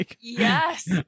Yes